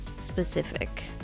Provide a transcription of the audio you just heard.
specific